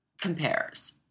compares